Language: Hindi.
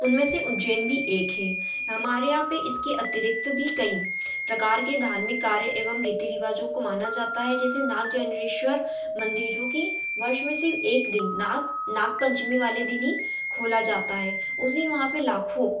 उनमें से उज्जैन भी एक है हमारे यहाँ पर इसके अतिरिक्त भी कई प्रकार के धार्मिक कार्य एवम रीति रिवाज़ों को माना ज़ाता है जैसे नाग नागेश्वर मंदिर जो की वर्ष में सिर्फ एक दिन नाग नाग पंचमी वाले दिन ही खोला जाता है उस दिन वहाँ पर लाखों